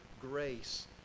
grace